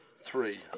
Three